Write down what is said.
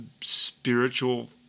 spiritual